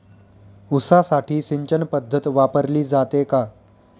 ऊसासाठी सिंचन पद्धत वापरली जाते का?